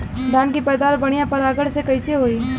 धान की पैदावार बढ़िया परागण से कईसे होई?